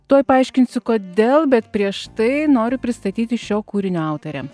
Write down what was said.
tuoj paaiškinsiu kodėl bet prieš tai noriu pristatyti šio kūrinio autorę